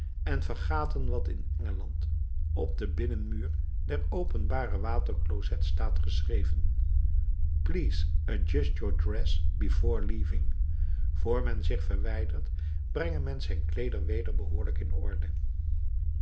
en vergaten wat in engeland op den binnenmuur der openbare waterclosets staat geschreven please adjust your dress before leaving voor men zich verwijdert brenge men zijn kleeding weder behoorlijk in orde